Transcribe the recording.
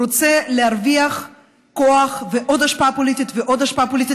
הוא רוצה להרוויח כוח ועוד השפעה פוליטית ועוד השפעה פוליטית,